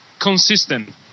consistent